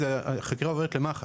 החקירה עוברת למח"ש.